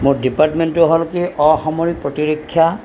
মোৰ ডিপাৰ্টমেণ্টটো হ'ল কি অসামৰিক প্ৰতিৰক্ষা